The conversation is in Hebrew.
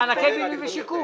אותם דברים אמרו אנשי המל"ג.